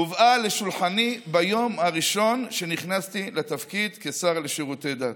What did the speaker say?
הובא אל שולחני ביום הראשון שנכנסתי לתפקיד כשר לשירותי דת.